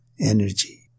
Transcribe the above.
energy